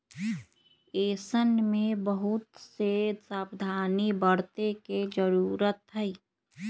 ऐसन में बहुत से सावधानी बरते के जरूरत हई